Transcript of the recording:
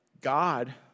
God